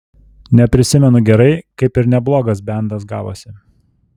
neprisimenu gerai kaip ir neblogas bendas gavosi